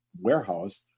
warehouse